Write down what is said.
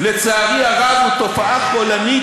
הטרור, לצערי הרב, הוא תופעה חולנית,